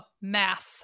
math